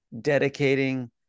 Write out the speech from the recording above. dedicating –